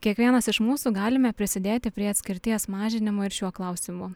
kiekvienas iš mūsų galime prisidėti prie atskirties mažinimo ir šiuo klausimu